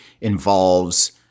involves